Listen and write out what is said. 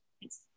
Yes